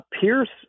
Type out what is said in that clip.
Pierce